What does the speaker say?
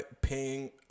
paying